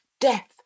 death